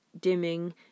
dimming